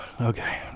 Okay